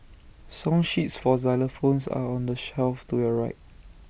song sheets for xylophones are on the shelf to your right